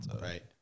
Right